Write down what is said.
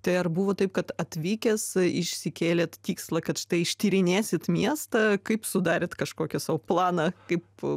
tai ar buvo taip kad atvykęs išsikėlėt tikslą kad tai ištyrinėsit miestą kaip sudarėt kažkokį savo planą kaip